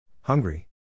Hungry